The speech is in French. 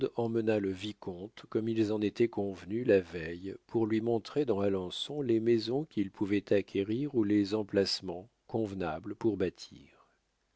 emmena le vicomte comme ils en étaient convenus la veille pour lui montrer dans alençon les maisons qu'il pouvait acquérir ou les emplacements convenables pour bâtir